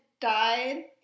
died